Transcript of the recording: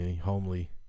homely